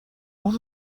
اون